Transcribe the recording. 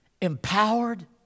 empowered